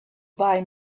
buy